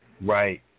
Right